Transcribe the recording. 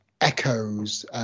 echoes